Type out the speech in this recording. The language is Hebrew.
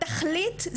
בתכלית,